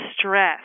stress